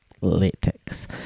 latex